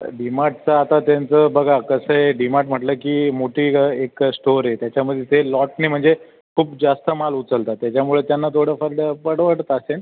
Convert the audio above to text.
तर डी मार्टचा आता त्यांचं बघा कसं आहे डी मार्ट म्हटलं की मोठी ग एक स्टोअर आहे त्याच्यामध्ये ते लॉटने म्हणजे खूप जास्त माल उचलतात त्याच्यामुळं त्यांना थोडंफार दर परवडतात ते